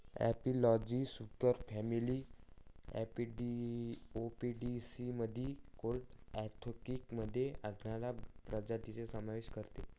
एपिलॉजी सुपरफॅमिली अपोइडियामधील clade Anthophila मध्ये आढळणाऱ्या प्रजातींचा समावेश करते